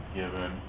given